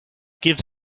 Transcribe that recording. gives